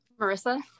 Marissa